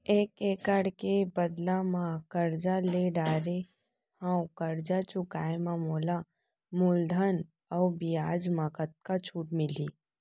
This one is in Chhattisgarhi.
एक एक्कड़ के बदला म करजा ले डारे हव, करजा चुकाए म मोला मूलधन अऊ बियाज म कतका छूट मिलही?